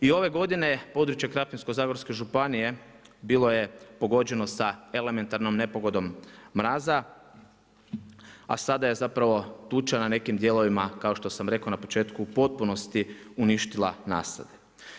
I ove godine, područje Krapinsko-zagorske županije, bilo je pogođeno sa elementarnom nepogodom mraza, a sada je zapravo tuča na nekim dijelovima, kao što sam rekao na početku u potpunosti uništila nasade.